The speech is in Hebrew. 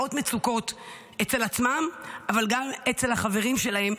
לזהות מצוקות אצל עצמם אבל גם אצל החברים שלהם,